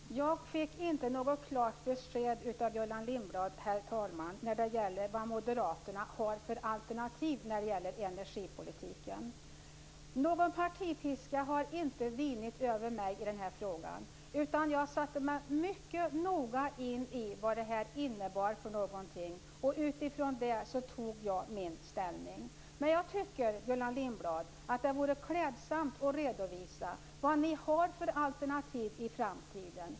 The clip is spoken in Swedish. Herr talman! Jag fick inte något klart besked av Gullan Lindblad när det gäller vad Moderaterna har för alternativ i energipolitiken. Någon partipiska har inte vinit över mig i den här frågan. Jag satte mig mycket noga in i vad det här innebar, och utifrån det tog jag min ställning. Men jag tycker, Gullan Lindblad, att det vore klädsamt att redovisa vad ni har för alternativ i framtiden.